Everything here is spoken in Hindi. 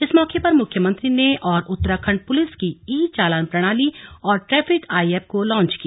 इस मौके पर मुख्यमंत्री ने और उत्तराखंड पुलिस की ई चालान प्रणाली और ट्रैफिक आई एप को लॉन्च किया